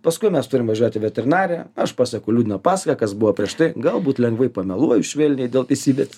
paskui mes turim važiuot į veterinariją aš paseku liūdną pasaką kas buvo prieš tai galbūt lengvai pameluoju švelniai dėl teisybės